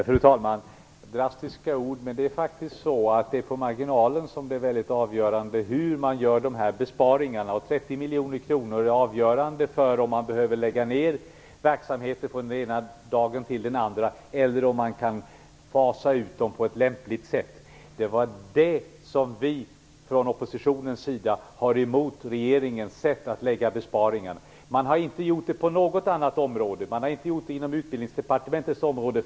Fru talman! "Drastiska ord" - ja, men det är på marginalen som det är väldigt avgörande hur besparingarna görs. 30 miljoner kronor är avgörande för om verksamheter behöver läggas ner från den ena dagen till den andra eller om man kan fasa ut på lämpligt sätt. Det är där som vi i oppositionen är emot regeringens sätt att lägga besparingar. Man har inte gjort så här på något annat område. Så har man framför allt inte gjort inom Utbildningsdepartementets område.